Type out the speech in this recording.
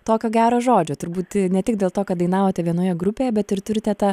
tokio gero žodžio turbūt ne tik dėl to kad dainavote vienoje grupėje bet ir turite tą